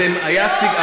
את ראיתם,